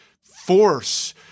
force